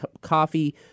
Coffee